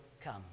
come